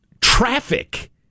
Traffic